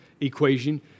equation